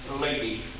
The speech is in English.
lady